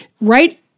right